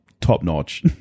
top-notch